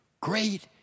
great